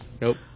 Nope